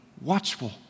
watchful